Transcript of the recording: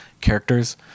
characters